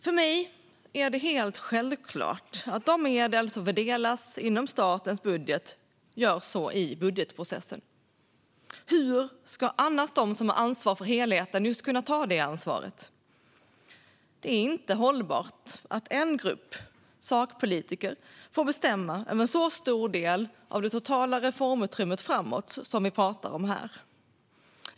För mig är det självklart att de medel som fördelas inom statens budget fördelas i budgetprocessen. Hur ska de som har ansvar för helheten annars kunna ta just det ansvaret? Det är inte hållbart att en grupp sakpolitiker får bestämma över en så stor del av det totala reformutrymmet framöver som vi talar om här.